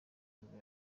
nibwo